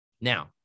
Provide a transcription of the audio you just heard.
Now